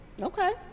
Okay